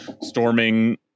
storming